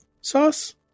sauce